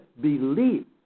belief